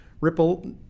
Ripple